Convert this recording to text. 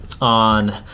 on